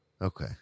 okay